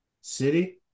City